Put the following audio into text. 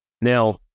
Now